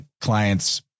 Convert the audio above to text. clients